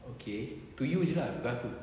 okay to you jer lah bukan aku